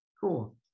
Cool